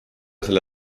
selle